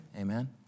Amen